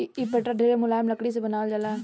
इ पटरा ढेरे मुलायम लकड़ी से बनावल जाला